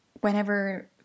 whenever